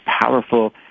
powerful